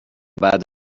بعد